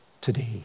today